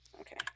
Okay